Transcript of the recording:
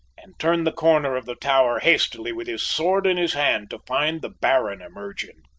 and turned the corner of the tower hastily with his sword in his hand to find the baron emerging.